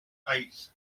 eighth